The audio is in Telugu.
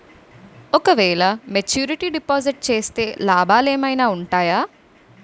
ఓ క వేల మెచ్యూరిటీ డిపాజిట్ చేస్తే లాభాలు ఏమైనా ఉంటాయా?